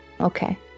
Okay